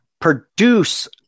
produce